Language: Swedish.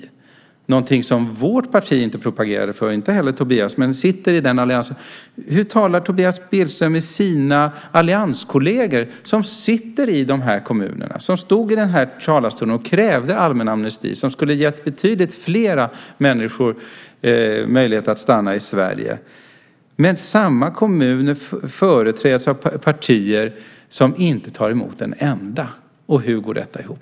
Det är inte något som vårt parti propagerade för - inte heller Tobias. Hur talar Tobias Billström med sina allianskolleger som sitter i dessa kommuner? De har stått här i talarstolen och krävt allmän amnesti. Det skulle ha gett betydligt fler människor möjlighet att stanna i Sverige. Samma kommuner företräds av partier som inte vill ta emot en enda. Hur går detta ihop?